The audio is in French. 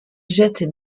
jette